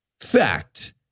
Fact